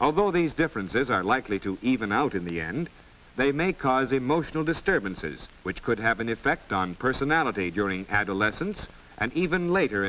although these differences are likely to even out in the end they may cause emotional disturbances which could have an effect on personality during adolescence and even later